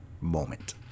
moment